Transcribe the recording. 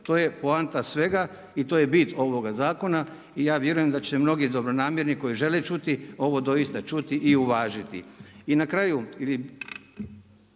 To je poanta svega i to je bit ovoga zakona. I ja vjerujem da će mnogi dobronamjerni koji žele čuti ovo doista čuti i uvažiti.